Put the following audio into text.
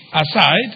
aside